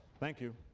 thank you.